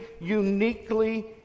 uniquely